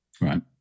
Right